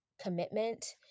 commitment